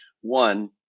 one